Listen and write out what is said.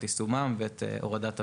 את יישומם ואת הורדת המחירים.